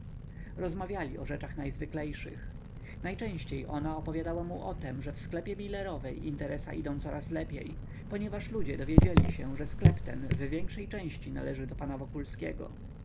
rozmawiali o rzeczach najzwyklejszych najczęściej ona opowiadała mu o tem że w sklepie milerowej interesa idą coraz lepiej ponieważ ludzie dowiedzieli się że sklep ten w większej części należy do pana wokulskiego